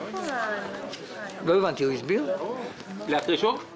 אני מגלה שיש ערים שלמות של תכנון,